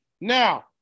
now